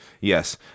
Yes